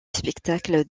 spectacle